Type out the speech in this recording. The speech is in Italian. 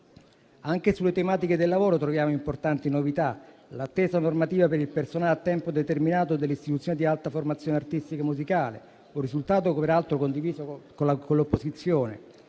Anche sulle tematiche del lavoro troviamo importanti novità: l'attesa normativa per il personale a tempo determinato delle istituzioni di alta formazione artistica e musicale, con un risultato peraltro condiviso con l'opposizione;